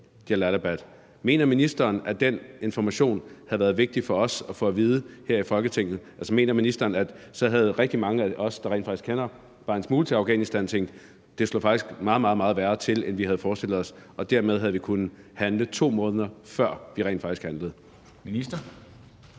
Mener ministeren ikke, at den information havde været vigtig for os at få at vide her i Folketinget? Mener ministeren ikke, at rigtig mange af os, der rent faktisk kender bare en smule til Afghanistan, så havde tænkt, at det faktisk stod meget, meget værre til, end vi havde forestillet os, og at vi dermed havde kunnet handle, 2 måneder før vi rent faktisk handlede? Kl.